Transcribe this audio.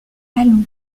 allons